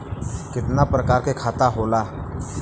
कितना प्रकार के खाता होला?